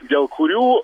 dėl kurių